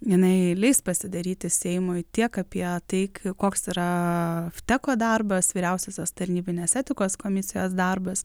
jinai leis pasidaryti seimui tiek apie tai koks yra vteko darbas vyriausiosios tarnybinės etikos komisijos darbas